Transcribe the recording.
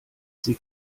sie